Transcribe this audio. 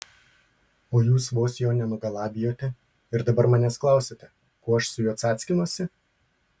o jūs vos jo nenugalabijote ir dabar manęs klausiate ko aš su juo cackinuosi